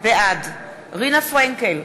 בעד רינה פרנקל,